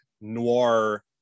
noir